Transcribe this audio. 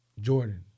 Jordan